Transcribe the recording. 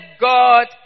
God